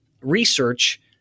research